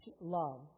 love